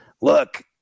look